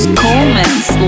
comments